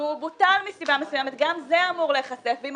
והוא בוטל מסיבה מסוימת גם זה אמור להיחשף, ואם